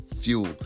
fuel